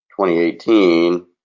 2018